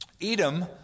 Edom